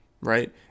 right